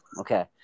okay